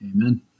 Amen